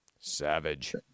Savage